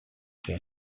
many